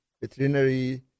veterinary